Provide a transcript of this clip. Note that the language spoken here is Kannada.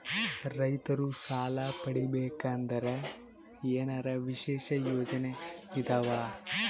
ರೈತರು ಸಾಲ ಪಡಿಬೇಕಂದರ ಏನರ ವಿಶೇಷ ಯೋಜನೆ ಇದಾವ?